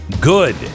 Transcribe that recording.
good